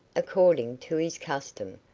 according to his custom,